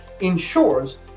ensures